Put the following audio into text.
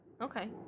Okay